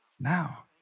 now